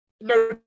No